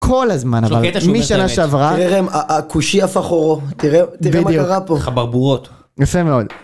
כל הזמן אבל משנה השעברה הכושי הפך עורו תראה מה קרה פה חברבורות יפה מאוד.